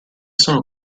sono